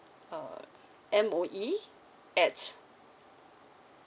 uh M_O_E at